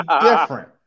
different